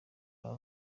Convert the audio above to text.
aba